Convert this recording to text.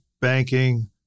banking